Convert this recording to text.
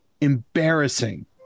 embarrassing